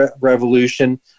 revolution